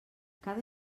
cada